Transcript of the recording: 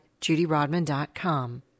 judyrodman.com